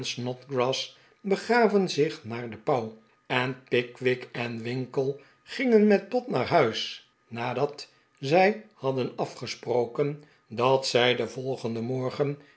snodgrass begaven zich naar de pauw en pickwick en winkle gingen met pott naar huis nadat zij hadden afgesproken dat zij den volgenden morgen